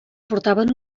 portaven